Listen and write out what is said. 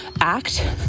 act